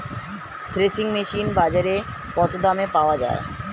Threshing machine বাজারে কত দামে পাওয়া যায়?